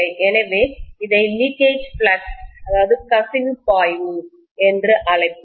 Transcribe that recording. எனவே இதை leakage flux கசிவு பாய்வு என்று அழைப்போம்